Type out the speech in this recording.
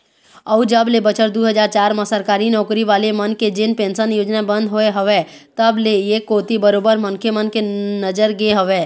अउ जब ले बछर दू हजार चार म सरकारी नौकरी वाले मन के जेन पेंशन योजना बंद होय हवय तब ले ऐ कोती बरोबर मनखे मन के नजर गे हवय